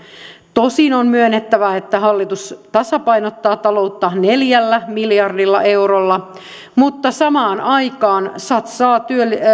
tosin on myönnettävä että hallitus tasapainottaa taloutta neljällä miljardilla eurolla mutta samaan aikaan se satsaa